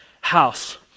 house